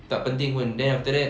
tak penting pun then after that